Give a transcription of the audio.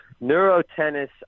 neuro-tennis